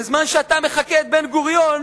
בזמן שאתה מחקה את בן-גוריון,